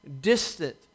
distant